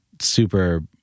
super